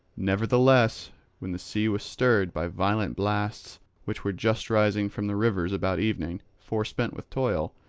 nevertheless when the sea was stirred by violent blasts which were just rising from the rivers about evening, forspent with toil,